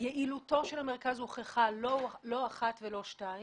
יעילותו של המרכז הוכחה לא אחת ולא שתיים.